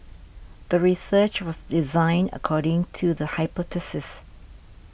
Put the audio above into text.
the research was designed according to the hypothesis